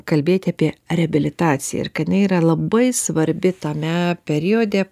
kalbėti apie reabilitaciją ir kad jinai nėra labai svarbi tame periode